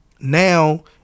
Now